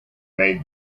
made